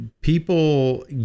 people